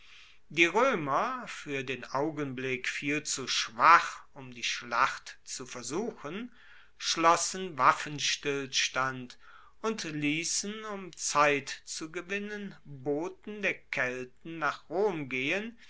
die roemer fuer den augenblick viel zu schwach um die schlacht zu versuchen schlossen waffenstillstand und liessen um zeit zu gewinnen boten der kelten nach rom gehen